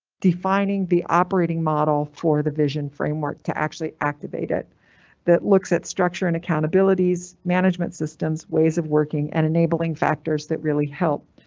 defining the operating model for the vision framework to actually activate it that looks at structure and accountabilities management systems. ways of working, and enabling factors that really help.